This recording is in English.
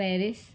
Paris